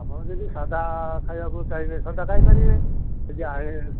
ଆପଣ ଯଦି ସାଧା ଖାଇବାକୁ ଚାହିଁବେ ସାଧା ଖାଇ ପାରିବେ ଯଦି ଆମି